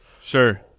Sure